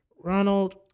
Ronald